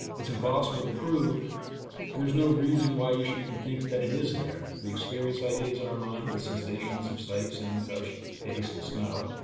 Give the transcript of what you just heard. it's impossible to prove and there's no reason why you should even think that it is there, we experience ideas in our mind, the sensations of sight, sound, touch, taste, and smell.